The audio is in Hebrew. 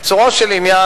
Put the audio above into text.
קיצורו של עניין,